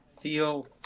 feel